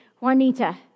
Juanita